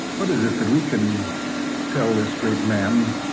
what is it that we can tell this great man,